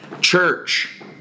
church